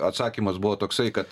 atsakymas buvo toksai kad